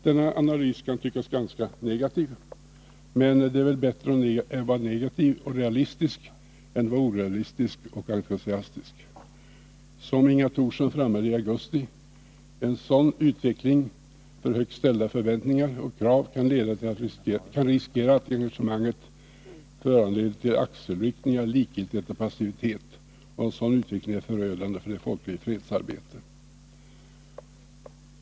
Denna analys kan tyckas ganska negativ, men det är väl bättre att vara negativ och realistisk än entusiastisk och orealistisk. Som Inga Thorsson framhöll i augusti: ”Om man har för högt ställda förväntningar och krav kan man riskera att engagemanget förvandlas till axelryckningar, likgiltighet och passivitet. En sådan utveckling vore förödande för ett folkligt fredsarbete”.